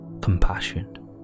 compassion